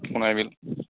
Sonai বিল